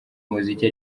umuziki